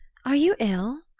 are you ill?